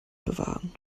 bewahren